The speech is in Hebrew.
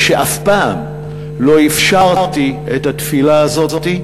שאף פעם לא אפשרתי את התפילה הזאת,